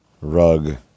rug